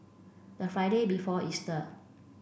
the Friday before Easter